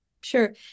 Sure